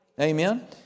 Amen